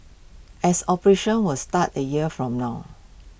as operations will start A year from now